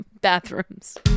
bathrooms